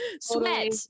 sweat